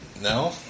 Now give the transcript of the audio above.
No